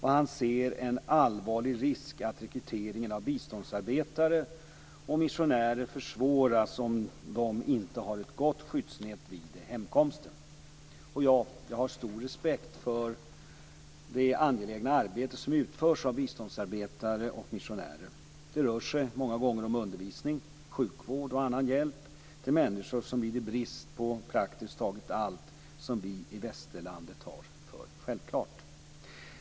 Han ser en allvarlig risk att rekryteringen av biståndsarbetare och missionärer försvåras om de inte har ett gott skyddsnät vid hemkomsten. Jag har stor respekt för det angelägna arbete som utförs av biståndsarbetare och missionärer. Det rör sig många gånger om undervisning, sjukvård och annan hjälp till människor som lider brist på praktiskt taget allt som vi i västerlandet tar för självklart.